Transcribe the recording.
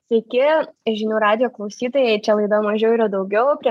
sveiki žinių radijo klausytojai čia laida mažiau yra daugiau prie